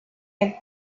and